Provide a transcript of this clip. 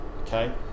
Okay